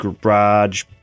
Garage